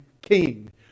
king